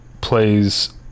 plays